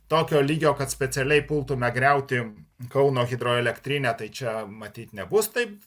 tokio lygio kad specialiai pultume griauti kauno hidroelektrinę tai čia matyt nebus taip